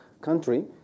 country